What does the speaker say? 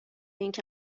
اینکه